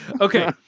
Okay